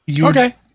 Okay